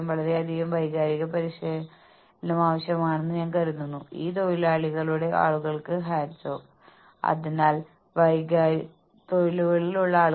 നിയന്ത്രണമില്ലായ്മയുണ്ട് ഒരു ദിവസം 20 മണിക്കൂർ ജോലി ചെയ്യുന്ന ചില ആളുകൾ ഉണ്ടാകാം ചിലപ്പോൾ ഇത് കൈവിട്ടുപോയേക്കാം